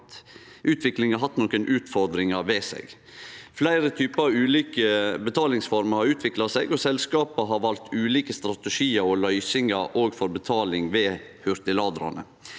utviklinga hatt nokre utfordringar ved seg. Fleire typar ulike betalingsformer har utvikla seg, og selskapa har valt ulike strategiar og løysingar for betaling ved hurtigladarane.